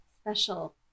special